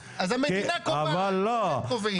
המדינה קובעת, לא הם קובעים.